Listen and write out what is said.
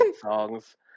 songs